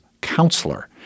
counselor